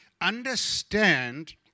understand